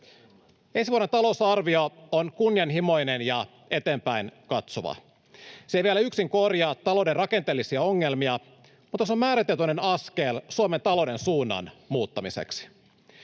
Ensi vuoden talousarvio on kunnianhimoinen ja eteenpäin katsova. Se ei vielä yksin korjaa talouden rakenteellisia ongelmia, mutta se on määrätietoinen askel Suomen talouden suunnan muuttamiseksi.